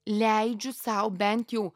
leidžiu sau bent jau